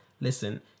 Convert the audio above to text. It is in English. listen